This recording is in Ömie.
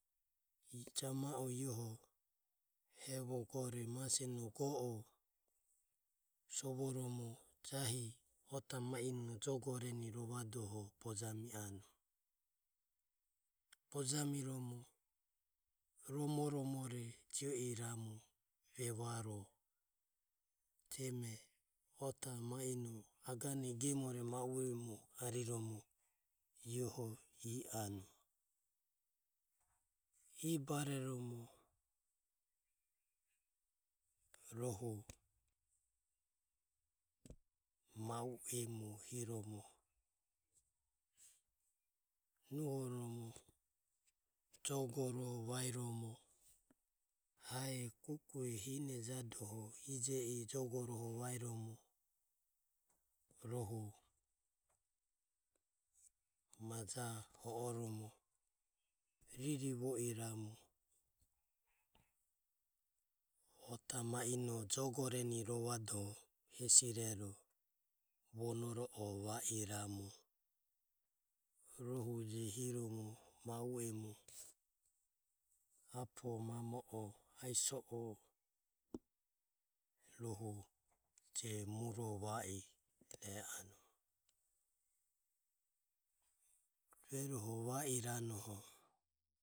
Ijama eh i o hevo gore go o iaeho sovoromo go o sovoromo ota maino jogoreni rovadoho bojami anue. Bojamiromo romo romore jio iramu evare ota maino agene gemore ariromo iaeho gemore e anue. I bareromo rohu ma u emu hiromo nuhoromo jogore vaeromo hae hine kuku e jadoho iromo majae hororomo ririre jio iramu ota maino jogoreni rovadoho va o hesirero vono bijoho va iramu. Rohu je hiromo va o apo mamo o ae so e soromo rohu je mure va anue. Rueroho va iranoho.